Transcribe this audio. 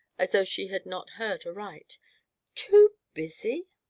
as though she had not heard aright too busy?